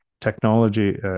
technology